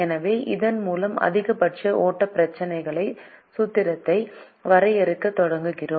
எனவே இதன் மூலம் அதிகபட்ச ஓட்டப் பிரச்சினைக்கான சூத்திரத்தை வரையறுக்கத் தொடங்குகிறோம்